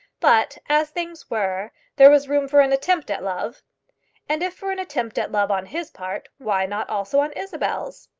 but, as things were, there was room for an attempt at love and if for an attempt at love on his part, why not also on isabel's?